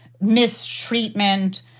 mistreatment